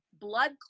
blood